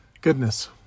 goodness